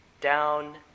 down